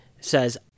says